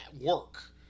work